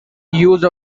use